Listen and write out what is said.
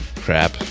crap